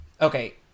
Okay